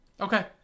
okay